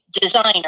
designer